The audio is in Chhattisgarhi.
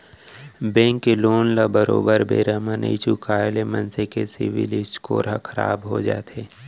बेंक के लोन ल बरोबर बेरा म नइ चुकाय ले मनसे के सिविल स्कोर ह खराब हो जाथे